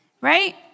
Right